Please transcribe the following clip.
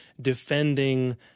defending